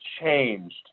changed